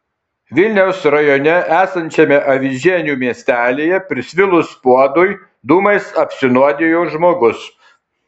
vilniaus rajone esančiame avižienių miestelyje prisvilus puodui dūmais apsinuodijo žmogus